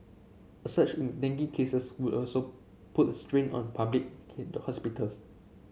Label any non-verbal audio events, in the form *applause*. a surge in dengue cases would also put a strain on public *unintelligible* hospitals